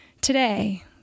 today